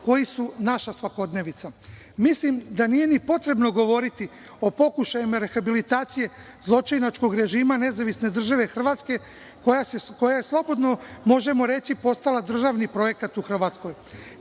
koji su naša svakodnevnica. Mislim da nije ni potrebno govoriti o pokušajima rehabilitacije zločinačkog režima Nezavisne države Hrvatske koja je, slobodno možemo reći, postala državni projekat u Hrvatskoj. Kako